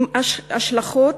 עם השלכות